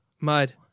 Mud